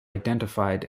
identified